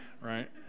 right